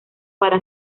para